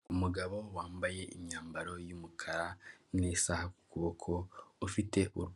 Ni isoko ryiza hasi risashe amakaro hejuru hari